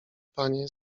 panie